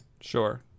Sure